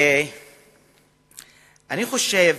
אני חושב,